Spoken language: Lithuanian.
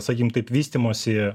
sakykim taip vystymosi